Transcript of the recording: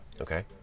Okay